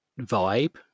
vibe